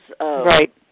right